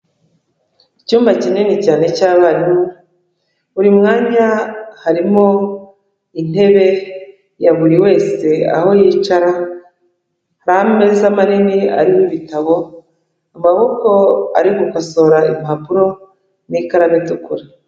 Icyumba kinini cyane cy'abarimu. Buri mwanya harimo intebe ya buri wese aho yicara. Hari ameza manini ariho ibitabo. Amaboko arigukosora impapuro n'ikaramu itukura.